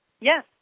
yes